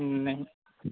नहीं